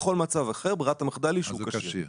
בכל מצב אחר ברירת המחדל היא שהוא כשיר.